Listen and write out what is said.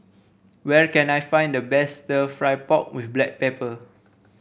where can I find the best stir fry pork with Black Pepper